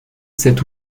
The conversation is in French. cet